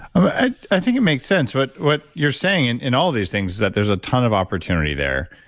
i think it makes sense what what you're saying and in all of these things that there's a ton of opportunity there.